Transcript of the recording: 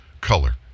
color